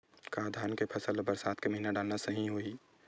का धान के फसल ल बरसात के महिना डालना सही होही?